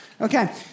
Okay